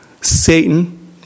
Satan